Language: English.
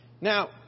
Now